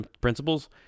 principles